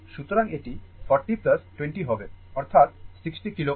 সুতরাং হাত দিক এটি 40 20 হবে অর্থাৎ 60 kilo Ω